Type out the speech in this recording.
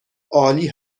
عالی